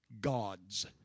God's